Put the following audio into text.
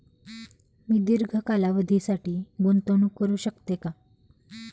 मी दीर्घ कालावधीसाठी गुंतवणूक करू शकते का?